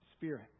Spirit